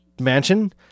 mansion